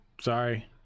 Sorry